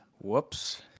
Whoops